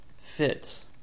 fits